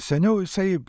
seniau jisai